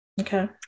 Okay